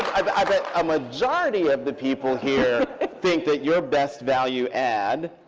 i bet a majority of the people here think that your best value add